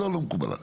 לא, לא מקובל עליי.